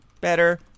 Better –